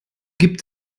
gibt